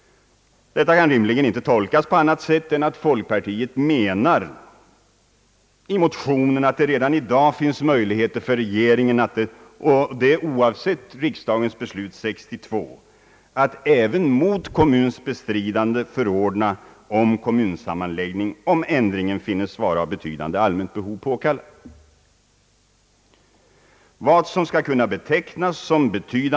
Detta kan rimligen inte tolkas på annat sätt än att folkpartiet i motionen menar att det redan i dag finns möjligheter för regeringen, oavsett riksdagens beslut år 1962, att även mot kommuns bestridande förordna om kommunsammanläggning om ändringen finnes vara av betydande allmänt behov påkallad. Vad som skall kunna betecknas som »betydande allmänt »be Ang.